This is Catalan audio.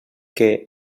que